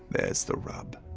there's the rub.